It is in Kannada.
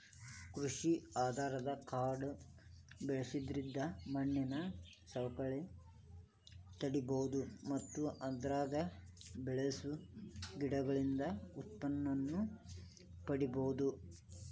ಕೃಷಿ ಆಧಾರದ ಕಾಡು ಬೆಳ್ಸೋದ್ರಿಂದ ಮಣ್ಣಿನ ಸವಕಳಿ ತಡೇಬೋದು ಮತ್ತ ಅದ್ರಾಗ ಬೆಳಸೋ ಗಿಡಗಳಿಂದ ಉತ್ಪನ್ನನೂ ಪಡೇಬೋದು